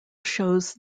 shows